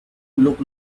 look